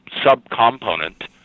subcomponent